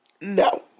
No